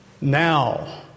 now